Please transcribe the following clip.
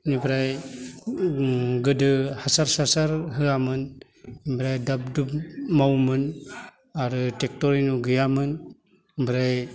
ओमफ्राय गोदो हासार सासार होआमोन ओमफ्राय दाब दुब मावोमोन आरो ट्रेक्ट'र आरि गैयामोन ओमफ्राय